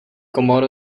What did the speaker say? komor